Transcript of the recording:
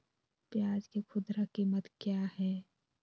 प्याज के खुदरा कीमत क्या है?